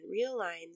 realigns